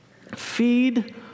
Feed